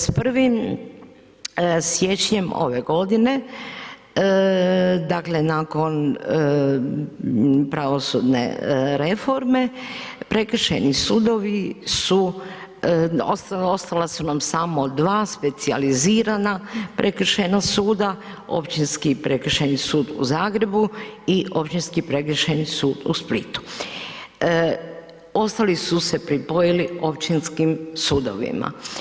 S 1.1. ove godine, dakle nakon pravosudne reforme prekršajni sudovi su, ostala su nam samo dva, specijalizirana prekršajna suda, Općinski prekršajni sud u Zagrebu i Općinski prekršajni sud u Splitu, ostali su se pripojili općinskim sudovima.